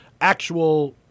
actual